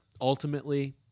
ultimately